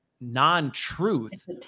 non-truth